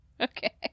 Okay